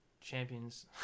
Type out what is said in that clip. champions